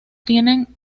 tienen